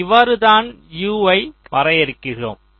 நாம் இவ்வாறு தான் U யை வரையறுக்கிறோம்